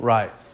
Right